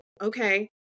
okay